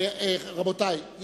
רבותי,